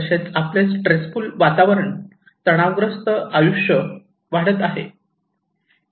तसेच आपले stressful आयुष्य वाढत आहे